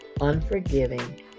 unforgiving